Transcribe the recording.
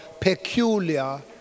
peculiar